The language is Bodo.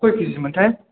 खय कि जि मोनथाय